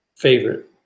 Favorite